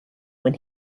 when